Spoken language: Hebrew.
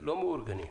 לא מאורגנים,